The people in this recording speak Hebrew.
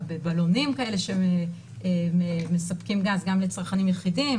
בבלונים כאלה שמספקים גז גם לצרכנים יחידים,